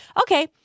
Okay